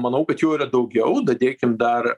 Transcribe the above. manau kad jo yra daugiau dėkim dar